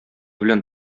белән